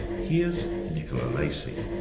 here's nicola lacey.